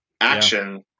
action